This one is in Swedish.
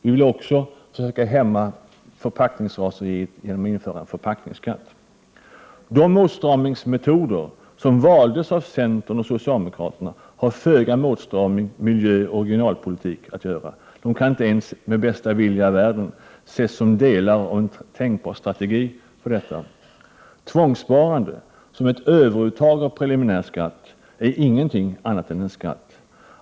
Vi vill också försöka hämma förpackningsraseriet genom att införa en förpackningsskatt. De åtstramningsmetoder som valdes av centern och socialdemokraterna har föga med åtstramning, miljöoch regionalpolitik att göra. De kan inte ens med bästa vilja i världen ses som delar av en tänkbar strategi för detta. Tvångssparande, som är ett överuttag av preliminär skatt, är inget annat än en skatt.